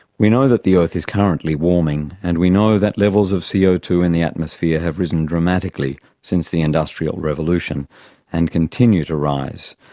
we know that the earth is currently warming and we know that levels of c o two in the atmosphere have risen dramatically since the industrial revolution and continue to rise,